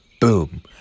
boom